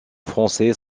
français